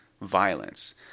violence